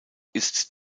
ist